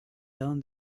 down